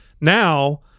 Now